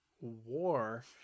war